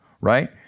right